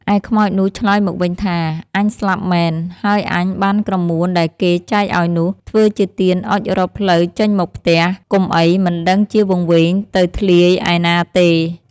ឯខ្មោចនោះឆ្លើយមកវិញថា "អញស្លាប់មែន, ហើយអញបានក្រមួនដែលគេចែកឲ្យនោះ ធ្វើជាទៀនអុជរកផ្លូវចេញមកផ្ទះ កុំអីមិនដឹងជាវង្វេងទៅធ្លាយឯណាទេ!" ។